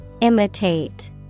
Imitate